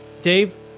Dave